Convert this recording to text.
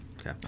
Okay